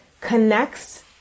connects